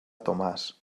tomàs